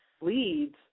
leads